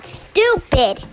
stupid